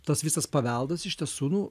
tas visas paveldas iš tiesų nu